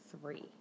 three